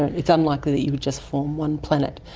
it's unlikely that you would just form one planet,